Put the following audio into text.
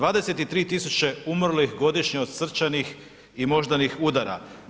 23 tisuće umrlih godišnje od srčanih i moždanih udara.